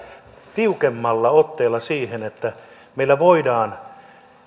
tiukemmalla otteella niin että meillä voidaan